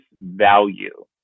value